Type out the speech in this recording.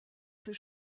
ses